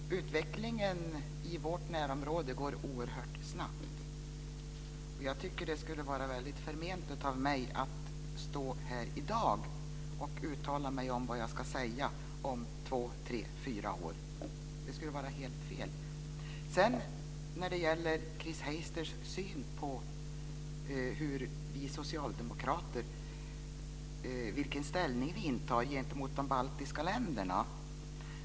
Fru talman! Utvecklingen i vårt närområde går oerhört snabbt. Jag tycker att det skulle vara förmätet av mig att stå här i dag och uttala mig om vad jag ska säga om två, tre eller fyra år. Det skulle vara helt fel. Sedan vill jag ta upp Chris Heisters syn på den ställning vi socialdemokrater intar gentemot de baltiska länderna.